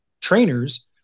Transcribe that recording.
trainers